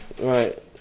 Right